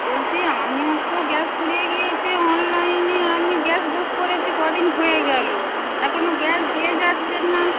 বলছি আমার তো গ্যাস ফুরিয়ে গিয়েছি অনলাইনে আমি গ্যাস বুক করেছি কদিন হয়ে গেল এখনও গ্যাস দিয়ে যাচ্ছেন না